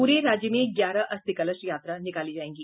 पूरे राज्य में ग्यारह अस्थि कलश यात्रा निकाली जायेगी